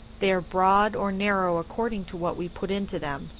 they are broad or narrow according to what we put into them,